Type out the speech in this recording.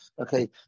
Okay